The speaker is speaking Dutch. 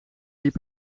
liep